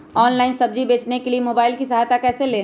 Online सब्जी बेचने के लिए मोबाईल की सहायता कैसे ले?